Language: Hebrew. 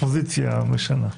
הפוזיציה משנה.